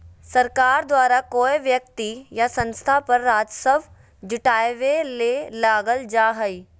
सरकार द्वारा कोय व्यक्ति या संस्था पर राजस्व जुटावय ले लगाल जा हइ